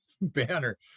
banner